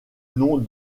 nom